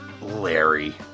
Larry